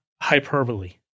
hyperbole